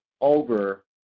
over